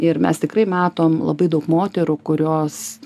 ir mes tikrai matom labai daug moterų kurios